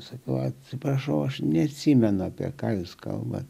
sakiau atsiprašau aš neatsimenu apie ką jūs kalbate